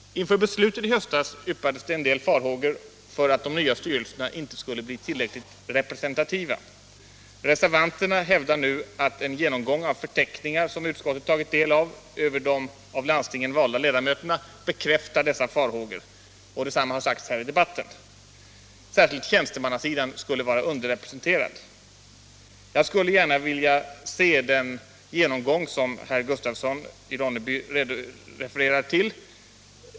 Inför beslutet i höstas yppades det en del farhågor för att de nya styrelserna inte skulle bli tillräckligt representativa. Reservanterna hävdar nu att en genomgång av förteckningar som utskottet tagit del av över de av landstingen valda ledamöterna bekräftar dessa farhågor. Detsamma har sagts här i debatten. Särskilt tjänstemannasidan skulle vara underrepresenterad. Jag skulle gärna vilja ta del av den genomgång som herr Gustafsson i Ronneby refererar till.